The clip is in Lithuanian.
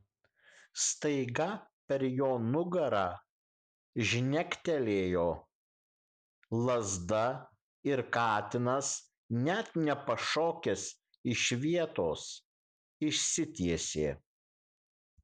staiga per jo nugarą žnektelėjo lazda ir katinas net nepašokęs iš vietos išsitiesė